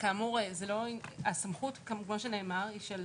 כאמור, הסמכות כמו שנאמר היא של